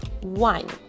One